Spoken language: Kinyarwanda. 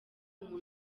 umuntu